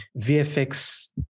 VFX